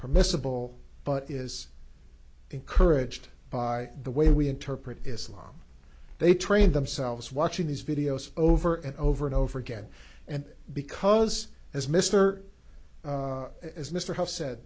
permissible but is encouraged by the way we interpret islam they trained themselves watching these videos over and over and over again and because as mister as mr